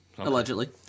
Allegedly